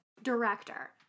director